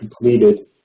completed